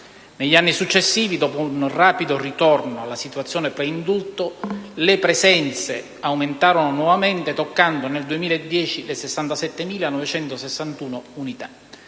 negli anni successivi, dopo un rapido ritorno alla situazione pre-indulto, le presenze aumentarono nuovamente toccando, nel 2010, le 67.961 unità.